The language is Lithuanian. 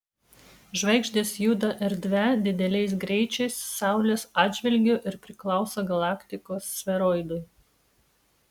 žvaigždės juda erdve dideliais greičiais saulės atžvilgiu ir priklauso galaktikos sferoidui